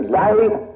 life